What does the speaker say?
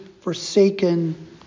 forsaken